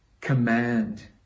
command